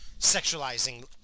sexualizing